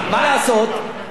אני, לגופו של עניין.